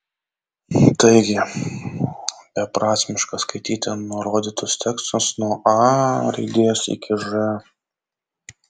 taigi beprasmiška skaityti nurodytus tekstus nuo a raidės iki ž